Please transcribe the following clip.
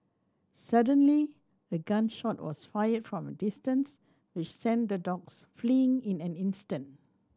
suddenly a gun shot was fired from a distance which sent the dogs fleeing in an instant